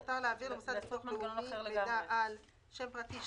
מותר להעביר למוסד לביטוח לאומי מידע על שם פרטי,